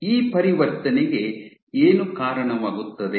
ಈ ಪರಿವರ್ತನೆಗೆ ಏನು ಕಾರಣವಾಗುತ್ತದೆ